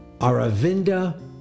Aravinda